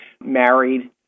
married